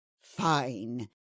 fine